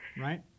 Right